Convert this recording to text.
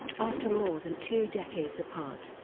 after more than two decades apart,